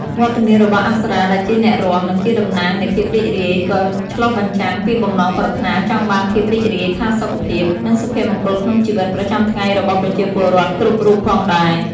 វត្តមានរបស់អប្សរាដែលជាអ្នករាំ និងជាតំណាងនៃភាពរីករាយ ក៏ឆ្លុះបញ្ចាំងពីបំណងប្រាថ្នាចង់បានភាពរីករាយ ផាសុកភាព និងសុភមង្គលក្នុងជីវិតប្រចាំថ្ងៃរបស់ប្រជាពលរដ្ឋគ្រប់រូបផងដែរ។